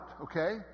okay